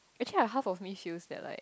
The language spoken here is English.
actually I heard from Miss Chew that like